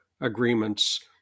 agreements